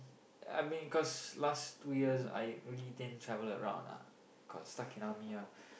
I mean cause last two years I only can travel around ah cause stuck in army ah